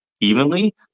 evenly